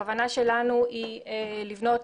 הכוונה שלנו היא לבנות